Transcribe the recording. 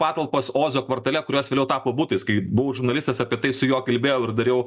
patalpos ozo kvartale kurios vėliau tapo butais kai buvau žurnalistas apie tai su juo kalbėjau ir dariau